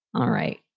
all right,